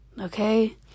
Okay